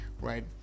right